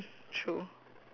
true